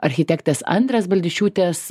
architektės andrės baldišiūtės